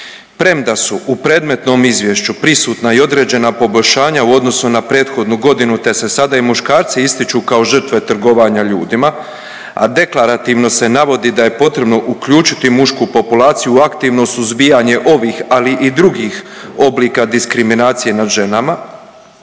premda su u predmetnom izvješću prisutna i određena poboljšanja u odnosu na prethodnu godinu, te se sada i muškarci ističu kao žrtve trgovanja ljudima, a deklarativno se navodi da je potrebno uključiti mušku populaciju u aktivno suzbijanje ovih, ali i drugih oblika diskriminacije nad ženama.